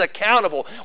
accountable